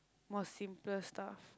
more simpler stuff